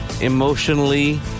emotionally